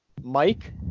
Mike